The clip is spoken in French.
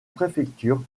préfecture